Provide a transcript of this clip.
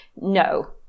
no